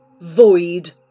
Void